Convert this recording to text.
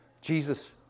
Jesus